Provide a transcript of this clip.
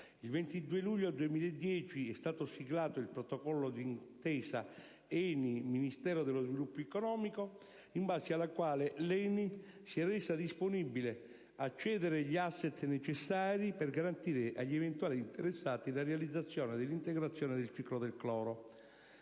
Il 22 luglio 2010 è stato siglato il protocollo d'intesa ENI-Ministero dello sviluppo economico, in base al quale l'ENI si è resa disponibile a cedere gli *asset* necessari per garantire agli eventuali interessati la realizzazione dell'integrazione del ciclo del cloro.